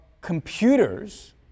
computers